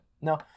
No